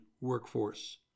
workforce